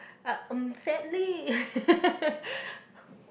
sadly